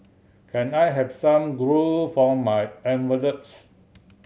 can I have some glue for my envelopes